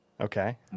Okay